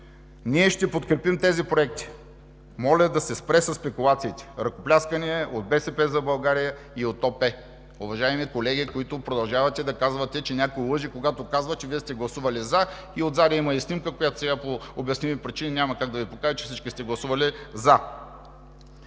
ние ще подкрепим тези проекти. Моля да се спре със спекулациите! (Ръкопляскания от „БСП за България“ и ОП.)“ Уважаеми колеги, които продължавате да казвате, че някой лъже, когато казва, че Вие сте гласували „за“ , отзад има и снимка, която сега по обясними причини няма как да Ви покажа, че всички сте гласували „за“.